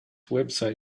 website